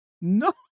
No